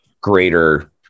greater